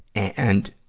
and,